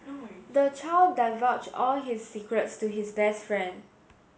the child divulged all his secrets to his best friend